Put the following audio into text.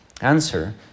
Answer